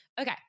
Okay